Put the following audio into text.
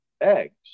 eggs